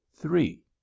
three